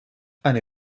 eine